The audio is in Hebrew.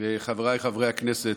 חבריי חברי הכנסת,